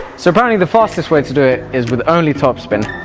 so apparently the fastest way to do it is with only topspin.